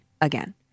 again